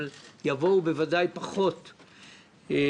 אבל יבואו בוודאי פחות ליישוב,